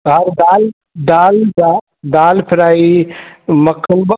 चारि दालि दालि चारि दालि फ्राइ मक्खन ॿ